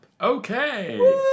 Okay